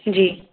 जी